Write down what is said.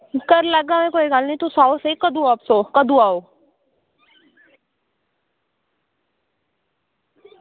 ओह् करी लैगा में तुस आओ स्हेई ते तुस कदूं आओ